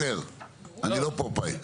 אני לא פופאי.